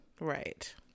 right